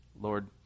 Lord